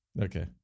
Okay